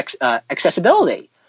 accessibility